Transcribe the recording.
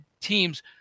teams